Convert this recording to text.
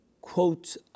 quotes